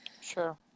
Sure